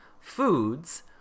foods